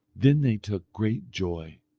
then they took great joy.